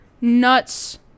nuts